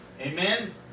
Amen